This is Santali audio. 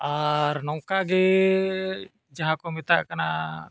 ᱟᱨ ᱱᱚᱝᱠᱟᱜᱮ ᱡᱟᱦᱟᱸ ᱠᱚ ᱢᱮᱛᱟᱜ ᱠᱟᱱᱟ